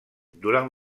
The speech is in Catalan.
durant